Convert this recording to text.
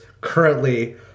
currently